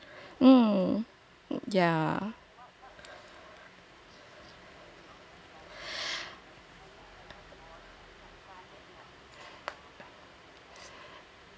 mm yeah